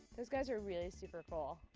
those guys are really super cool.